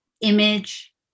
image